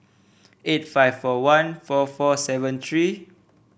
eight five four one four four seven three